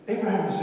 Abraham